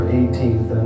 18th